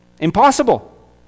impossible